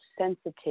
sensitive